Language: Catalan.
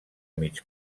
mig